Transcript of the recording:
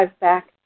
back